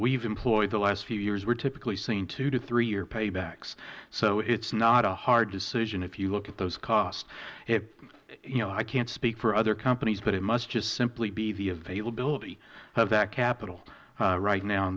have employed the last few years we are typically seeing two to three year paybacks so it is not a hard decision if you look at those costs i can't speak for other companies but it must just simply be the availability of that capital right now in